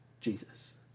Jesus